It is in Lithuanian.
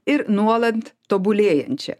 ir nuolat tobulėjančia